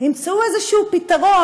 ימצאו איזשהו פתרון,